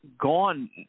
gone